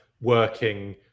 working